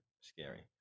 scary